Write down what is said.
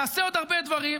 נעשה עוד הרבה דברים,